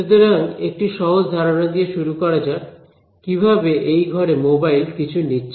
সুতরাং একটি সহজ ধারণা দিয়ে শুরু করা যাক কিভাবে এই ঘরে মোবাইল কিছু নিচ্ছে